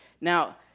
Now